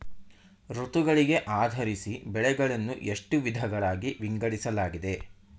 ಋತುಗಳಿಗೆ ಆಧರಿಸಿ ಬೆಳೆಗಳನ್ನು ಎಷ್ಟು ವಿಧಗಳಾಗಿ ವಿಂಗಡಿಸಲಾಗಿದೆ?